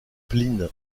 pline